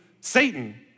Satan